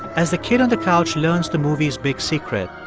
as a kid on the couch learns the movie's big secret,